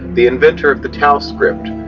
the inventor of the tau script,